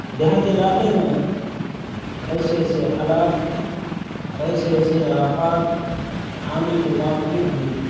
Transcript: دیہات علاقے میں ایسے ایسے حالات اور ایسے ایسے آفات آنے کے باوجود بھی